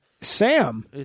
Sam